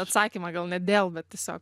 atsakymą gal ne dėl bet tiesiog